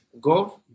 go